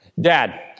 Dad